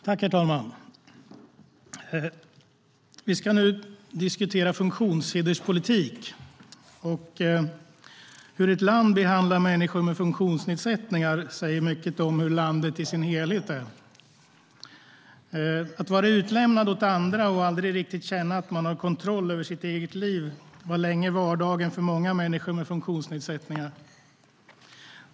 Herr talman! Vi ska nu diskutera funktionshinderspolitik. Hur ett land behandlar människor med funktionsnedsättning säger mycket om hur landet i sin helhet är. Att vara utlämnad åt andra och aldrig riktigt känna att man har kontroll över sitt eget liv var länge vardag för många människor med funktionsnedsättning.